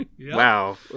Wow